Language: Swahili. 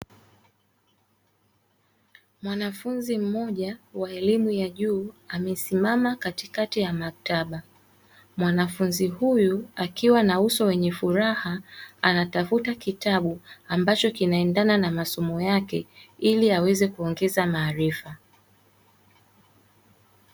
Mwanafunzi mmoja wa elimu ya juu amesimama katikati ya maktaba, mwanafunzi huyu akiwa na uso wenye furaha anatafuta kitabu ambacho kinaendana na masomo yake ili aweze kuongeza maarifa.